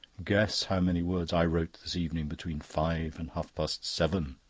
guess how many words i wrote this evening between five and half-past seven.